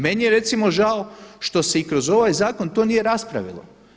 Meni je recimo žao što se i kroz ovaj zakon to nije raspravilo.